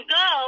go